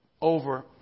over